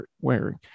wearing